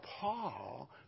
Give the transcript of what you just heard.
Paul